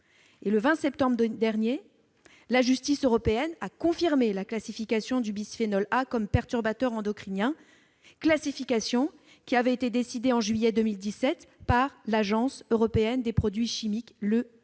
Le 20 septembre dernier, la justice européenne a confirmé la classification du bisphénol A comme perturbateur endocrinien, classification qui avait été décidée en juillet 2017 par l'Agence européenne des produits chimiques, l'ECHA,